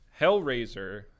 Hellraiser